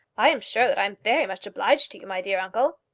i am sure that i am very much obliged to you, my dear uncle.